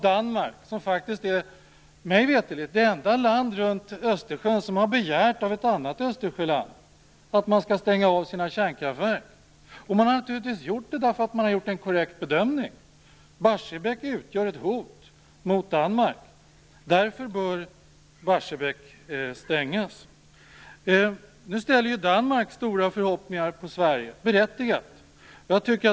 Danmark är mig veterligt det enda land runt Östersjön som har begärt av ett annat Östersjöland att de skall stänga sina kärnkraftverk. Det har man begärt därför att man har gjort en korrekt bedömning. Barsebäck utgör ett hot mot Danmark. Därför bör Barsebäck stängas. Danmark ställer stora förhoppningar på Sverige, berättigade sådana.